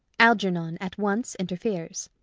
algernon at once interferes.